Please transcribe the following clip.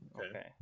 Okay